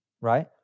Right